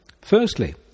Firstly